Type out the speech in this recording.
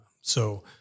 so-